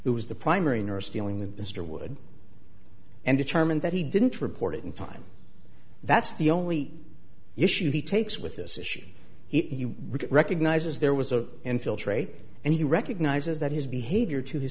who was the primary nurse dealing with mr wood and determine that he didn't report it in time that's the only issue he takes with this issue he recognizes there was a infiltrate and he recognizes that his behavior to